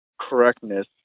correctness